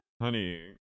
honey